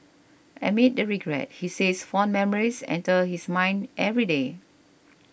amid the regret he says fond memories enter his mind every day